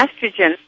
estrogen